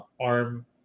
ARM